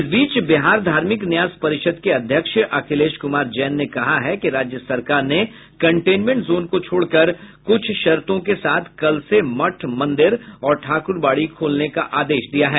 इस बीच बिहार धार्मिक न्यास परिषद के अध्यक्ष अखिलेश कुमार जैन ने कहा है कि राज्य सरकार ने कंटेनमेंट जोन को छोड़कर कुछ शर्तो के साथ कल से मठ मंदिर और ठाकुरबाड़ी खोलने का आदेश दिया है